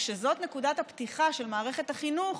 וכשזו נקודת הפתיחה של מערכת החינוך,